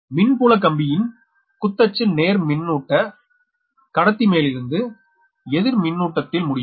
மின்புல கம்பியின் குத்தச்சு நேர் மின்னூட்ட கடத்திமேலிருந்து எதிர் மின்னூட்டத்தில் முடியும்